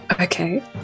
Okay